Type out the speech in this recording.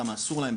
כמה אסור להם,